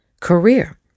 career